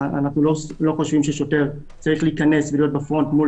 אנחנו לא חושבים ששוטר צריך להיכנס ולהיות בפרונט מול